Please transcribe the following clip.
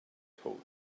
told